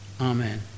Amen